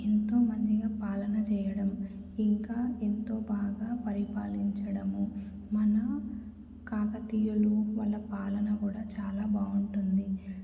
ఎంతో మంచిగా పాలన చేయడం ఇంకా ఎంతో బాగా పరిపాలించడము మన కాకతీయులు వాళ్ళ పాలన కూడా చాలా బాగుంటుంది